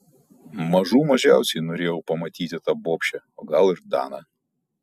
mažų mažiausiai norėjau pamatyti tą bobšę o gal ir daną